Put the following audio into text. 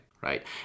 right